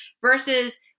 versus